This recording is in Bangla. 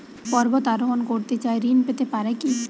পর্বত আরোহণ করতে চাই ঋণ পেতে পারে কি?